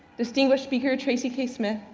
distinguished speaker tracy k smith,